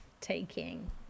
taking